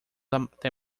até